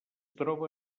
troba